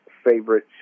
favorite